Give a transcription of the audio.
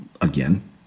Again